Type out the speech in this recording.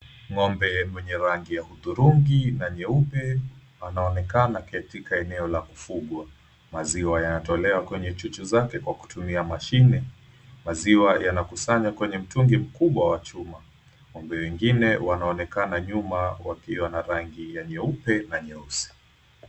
Ng'ombe mwenye rangi ya hudhurungi na nyeupe anaonekana katika eneo la kufugwa. Maziwa yanatolewa kwenye chuchu zake kwa kutumia mashine. Maziwa yanakusanywa kwenye mtungi kubwa wa chuma. Ng'ombe wengine wanaonekana nyuma wakiwa na rangi nyeupe na nyeusi.